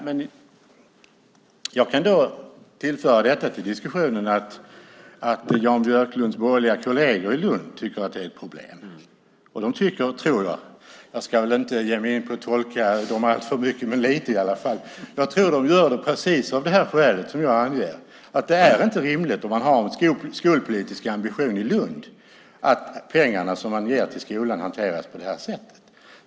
Herr talman! Jag kan tillföra en sak till diskussionen, nämligen att Jan Björklunds borgerliga kolleger i Lund tycker att det är ett problem. Jag ska inte ge mig in på att tolka dem alltför mycket, men lite i alla fall. Jag tror att de gör det precis av det skäl som jag anger. Om man har en skolpolitisk ambition i Lund är det inte rimligt att pengarna som man ger till skolan hanteras på det här sättet.